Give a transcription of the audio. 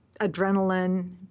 adrenaline